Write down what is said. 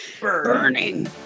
Burning